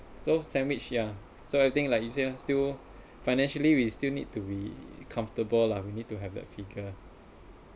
so sandwich ya so everything like easier still financially we still need to be comfortable lah we need to have that figure